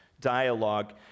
dialogue